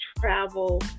travel